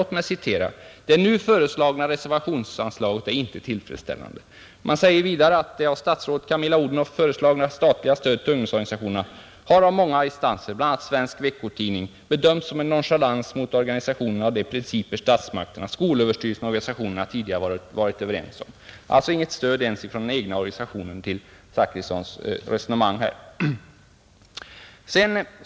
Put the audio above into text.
Låt mig citera: ”Det nu föreslagna reservationsanslaget är inte tillfredsställande.” Man säger också: ”Det av statsrådet Camilla Odhnoff föreslagna statliga stödet till ungdomsorganisationerna har av många instanser — bl.a. Svt — bedömts som en nonchalans mot organisationerna och de principer statsmakterna, skolöverstyrelsen och organisationerna tidigare varit överens om.” Alltså ger inte ens herr Zachrissons egen organisation och egen tidning hans resonemang något stöd.